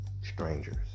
Strangers